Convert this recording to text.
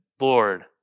Lord